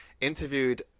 interviewed